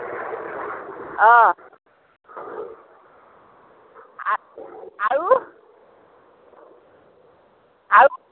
অ' আ আৰু আৰু